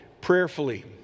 prayerfully